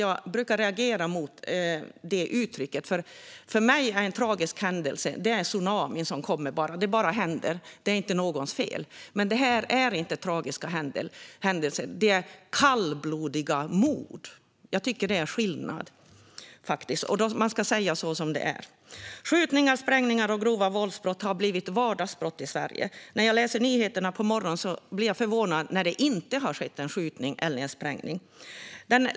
Jag brukar reagera mot det uttrycket, för enligt mig är en tragisk händelse en tsunami eller något annat som bara händer och inte är någons fel. Men det här är inte tragiska händelser. Det är kallblodiga mord. Jag tycker att det är en skillnad. Man ska säga som det är. Skjutningar, sprängningar och grova våldsbrott har blivit vardagsbrott i Sverige. När jag läser nyheterna på morgonen blir jag förvånad när det inte skett en skjutning eller sprängning.